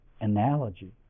analogy